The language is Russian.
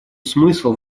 смысл